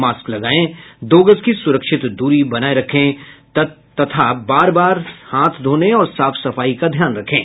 mask लगायें दो गज की सुरक्षित दूरी बनाये रखें तथा बार बार हाथ धोने और साफ सफाई का ध्यान रखें